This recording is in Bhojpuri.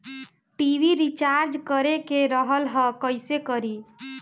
टी.वी रिचार्ज करे के रहल ह कइसे करी?